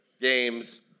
games